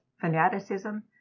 fanaticism